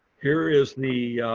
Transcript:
here is the